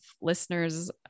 listeners